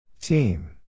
Team